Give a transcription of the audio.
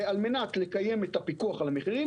ועל מנת לקיים את הפיקוח על המחירים,